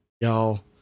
y'all